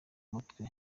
mutwe